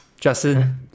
Justin